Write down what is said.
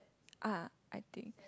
ah I think